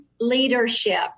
leadership